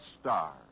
Star